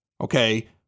okay